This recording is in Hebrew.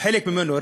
חלק ממנו,